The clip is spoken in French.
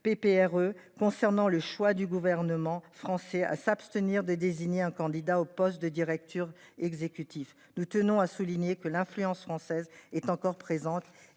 PPR concernant le choix du gouvernement français à s'abstenir de désigner un candidat au poste de directeur exécutif, nous tenons à souligner que l'influence française est encore présente